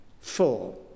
Four